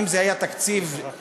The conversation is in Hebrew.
אם זה היה תקציב חד-שנתי,